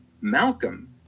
Malcolm